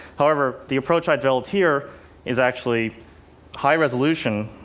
however, the approach i built here is actually high-resolution,